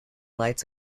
lights